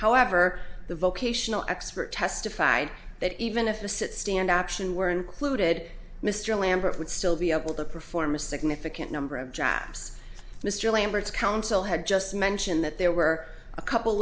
however the vocational expert testified that even if the sit stand option were included mr lambert would still be able to perform a significant number of jobs mr lambert's counsel had just mentioned that there were a couple